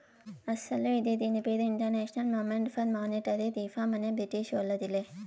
అస్సలు ఇది దీని పేరు international movement for monetary reform అనే బ్రిటీషోల్లదిలే